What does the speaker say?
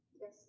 Yes